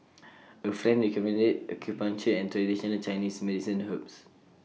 A friend recommended acupuncture and traditional Chinese medicine herbs